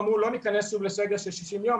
אמרו: לא ניכנס שוב לסגר של 60 יום.